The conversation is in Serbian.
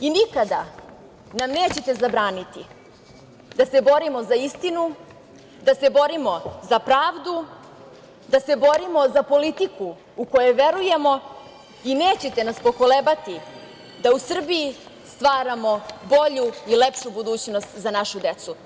Nikada nam nećete zabraniti da se borimo za istinu, da se borimo za pravdu, da se borimo za politiku u koju verujemo i nećete nas pokolebati da u Srbiji stvaramo bolju i lepšu budućnost za našu decu.